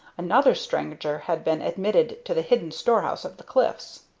another stranger had been admitted to the hidden storehouse of the cliffs.